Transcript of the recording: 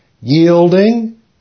yielding